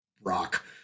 rock